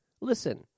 Listen